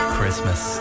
Christmas